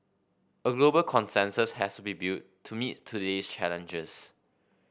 a global consensus has to be built to meet today's challenges